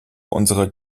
unserer